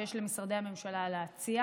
השר, גם זה לא להרבה זמן.